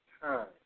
time